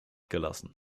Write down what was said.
gelassen